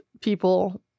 people